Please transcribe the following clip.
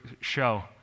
show